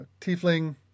tiefling